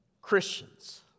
Christians